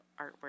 artwork